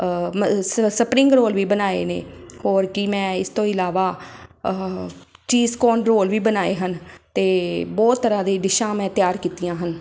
ਮ ਸ spring roll ਵੀ ਬਣਾਏ ਨੇ ਹੋਰ ਕੀ ਮੈਂ ਇਸ ਤੋਂ ਇਲਾਵਾ ਚੀਜ਼ ਕੋਨ ਰੋਲ ਵੀ ਬਣਾਏ ਹਨ ਅਤੇ ਬਹੁਤ ਤਰ੍ਹਾਂ ਦੀ ਡਿਸ਼ਾਂ ਮੈਂ ਤਿਆਰ ਕੀਤੀਆਂ ਹਨ